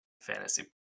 fantasy